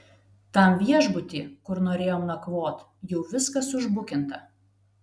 tam viešbuty kur norėjom nakvot jau viskas užbukinta